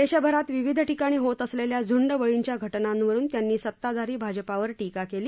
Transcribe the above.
देशभरात विविध ठिकाणी होत असलेल्या झूंडबळींच्या घटनांवरून त्यांनी सताधारी भाजपावर टीका केली